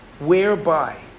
whereby